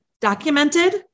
documented